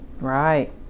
right